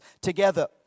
together